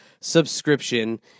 subscription